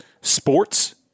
sports